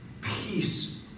Peace